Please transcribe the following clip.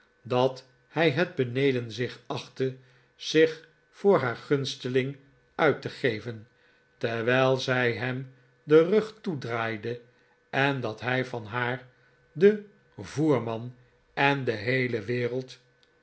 dat hij net beneden zich achtte zich voor haar gunsteling uit te geven terwijl zij hem den rug toedraaide en dat hij van haar den ik moet